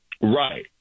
Right